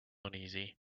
uneasy